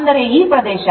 ಅಂದರೆ ಈ ಪ್ರದೇಶ